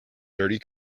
dirty